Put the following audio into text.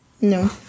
no